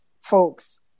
folks